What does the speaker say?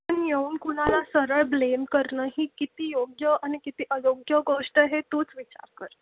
पण येऊन कुणाला सरळ ब्लेम करणं ही किती योग्य आणि किती अयोग्य गोष्ट हे तूच विचार